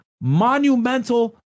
monumental